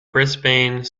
brisbane